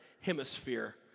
hemisphere